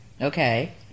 Okay